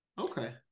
Okay